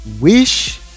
wish